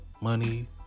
money